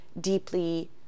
deeply